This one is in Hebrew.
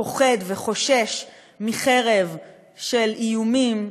פוחד וחושש מחרב של איומים,